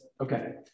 Okay